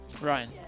Ryan